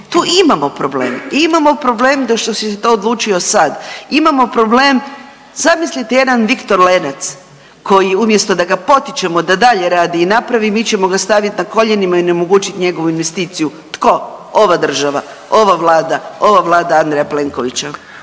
tu imamo problem i imamo problem da što si to odlučio sad, imamo problem. Zamislite jedan Viktor Lenac koji umjesto da ga potičemo da dalje radi i napravi mi ćemo ga stavit na koljenima i onemogućit njegovu investiciju. Tko? Ova država, ova Vlada, ova Vlada Andreja Plenkovića.